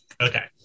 Okay